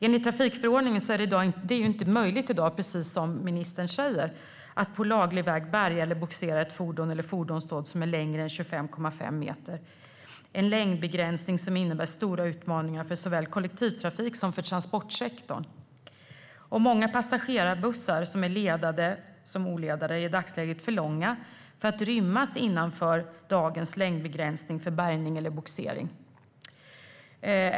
Enligt trafikförordningen är det i dag inte möjligt, precis som ministern säger, att på laglig väg bärga eller bogsera ett fordon eller fordonståg som är längre än 25,5 meter. Det är en längdbegränsning som innebär stora utmaningar för såväl kollektivtrafik som för transportsektorn. Många passagerarbussar, såväl ledade som oledade, är i dagsläget för långa för att rymmas inom dagens längdbegränsning för bärgning eller bogsering.